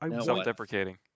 self-deprecating